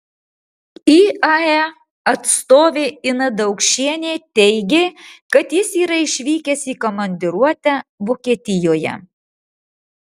iae atstovė ina daukšienė teigė kad jis yra išvykęs į komandiruotę vokietijoje